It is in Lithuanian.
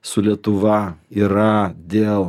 su lietuva yra dėl